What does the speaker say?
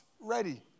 ready